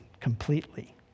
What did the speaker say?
completely